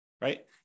right